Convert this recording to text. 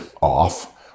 off